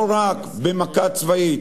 לא רק במכה צבאית,